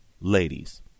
ladies